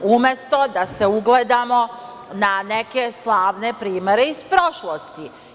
Umesto da se ugledamo na neke slavne primere iz prošlosti.